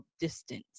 distance